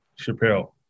Chappelle